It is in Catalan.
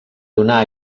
donar